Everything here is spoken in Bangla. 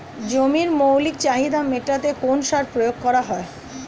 জমির মৌলিক চাহিদা মেটাতে কোন সার প্রয়োগ করা হয়?